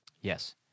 Yes